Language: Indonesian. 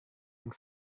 yang